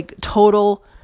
total